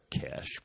Cash